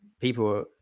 people